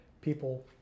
people